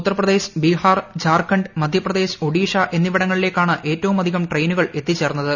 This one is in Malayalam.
ഉത്തർ പ്രദ്ദേശ്ക് ബിഹാർ ഝാർഖണ്ഡ് മധ്യ പ്രദേശ് ഒഡീഷ എന്നിവുട്ടിങ്ങളിലേക്കാണ് ഏറ്റവുമധികം ട്രെയിനുകൾ എത്തിച്ചേർന്ന്ത്